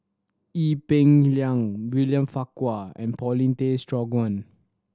Ee Peng Liang William Farquhar and Paulin Tay Straughan